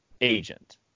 agent